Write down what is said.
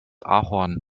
ahorn